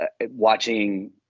watching